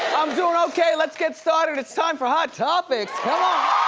i'm doin' okay, let's get started, it's time for hot topics, come